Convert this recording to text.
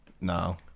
No